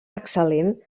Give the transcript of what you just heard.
excel·lent